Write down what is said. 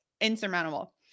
insurmountable